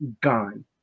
gone